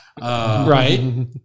Right